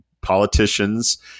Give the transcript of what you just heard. politicians